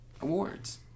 awards